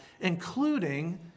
including